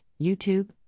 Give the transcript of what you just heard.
YouTube